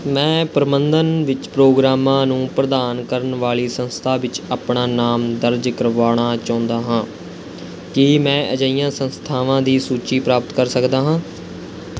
ਮੈਂ ਪ੍ਰਬੰਧਨ ਵਿੱਚ ਪ੍ਰੋਗਰਾਮਾਂ ਨੂੰ ਪ੍ਰਦਾਨ ਕਰਨ ਵਾਲੀ ਸੰਸਥਾ ਵਿੱਚ ਆਪਣਾ ਨਾਮ ਦਰਜ ਕਰਵਾਉਣਾ ਚਾਹੁੰਦਾ ਹਾਂ ਕੀ ਮੈਂ ਅਜਿਹੀਆਂ ਸੰਸਥਾਵਾਂ ਦੀ ਸੂਚੀ ਪ੍ਰਾਪਤ ਕਰ ਸਕਦਾ ਹਾਂ